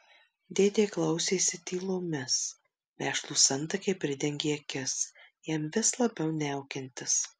dėdė klausėsi tylomis vešlūs antakiai pridengė akis jam vis labiau niaukiantis